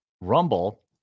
Rumble